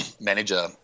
manager